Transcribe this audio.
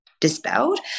dispelled